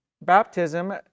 Baptism